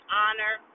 honor